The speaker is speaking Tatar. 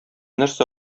нәрсә